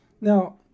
Now